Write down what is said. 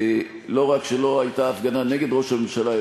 לא רק שלא הייתה הפגנה נגד ראש הממשלה,